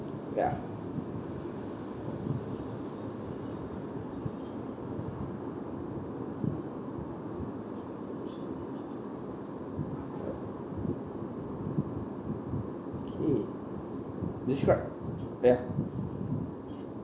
ya okay describe ya